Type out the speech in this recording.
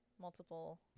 multiple